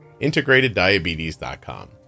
integrateddiabetes.com